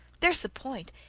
there's the point.